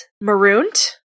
Marooned